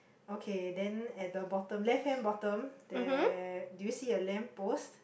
okay then at the bottom left hand bottom there do you see a lamp post